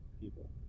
people